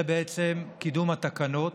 זה קידום התקנות